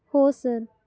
हो सर